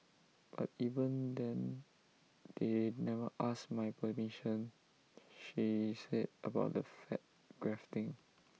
but even then they never asked my permission she said about the fat grafting